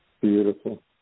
Beautiful